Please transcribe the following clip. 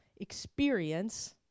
experience